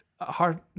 hard